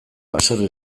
baserri